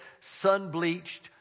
sun-bleached